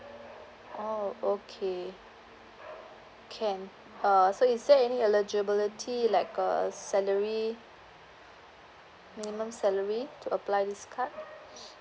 oh okay can uh so is there any eligibility like a salary minimum salary to apply this card